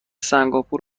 سنگاپور